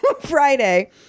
Friday